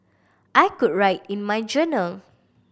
I could write in my journal